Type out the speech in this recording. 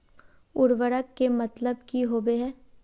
उर्वरक के मतलब की होबे है?